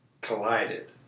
collided